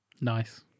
Nice